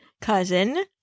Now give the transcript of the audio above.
cousin